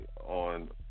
on